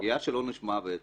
הסוגיה של עונש מוות.